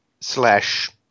slash